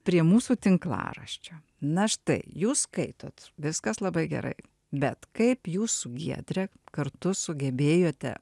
prie mūsų tinklaraščio na štai jūs skaitote viskas labai gerai bet kaip jūsų giedre kartu sugebėjote